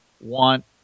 want